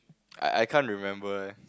I I can't remember eh